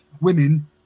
women